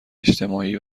اجتماعی